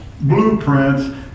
blueprints